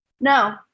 No